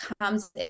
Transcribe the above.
comes